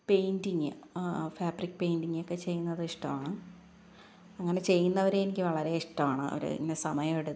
painting fabric painting ഒക്കെ ചെയ്യുന്നത് ഇഷ്ടമാണ് അങ്ങനെ ചെയ്യുന്നവരെ എനിക്ക് വളരെ ഇഷ്ടമാണ് അവർ ഇങ്ങനെ സമയം എടുത്ത്